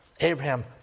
Abraham